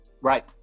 Right